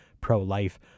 pro-life